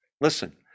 Listen